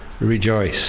rejoice